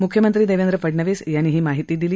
मुख्यमंत्री देवेंद्र फडणवीस यांनी ही माहिती दिली